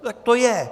Tak to je.